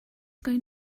going